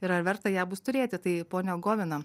ir ar verta ją bus turėti tai ponia govina